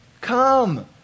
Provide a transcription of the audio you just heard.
Come